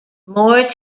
more